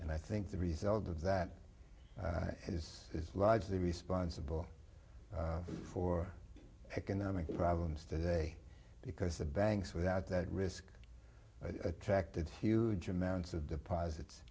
and i think the result of that is largely responsible for economic problems today because the banks without that risk attracted huge amounts of deposits